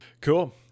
cool